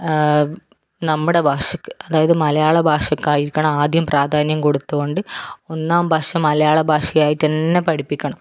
നമ്മുടെ ഭാഷയ്ക്ക് അതായത് മലയാളഭാഷയ്ക്ക് ആയിരിക്കണം ആദ്യം പ്രാധാന്യം കൊടുത്തുകൊണ്ട് ഒന്നാം ഭാഷ മലയാളഭാഷയായി തന്നെ പഠിപ്പിക്കണം